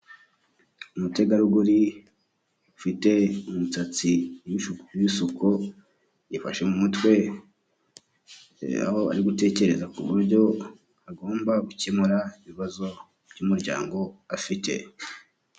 Umutegarugori ufite umusatsi mwinshi w'ibisuko yifashe mu mutwe aho ari gutekereza ku buryo agomba gukemura ibibazo by'umuryango afite.